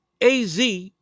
AZ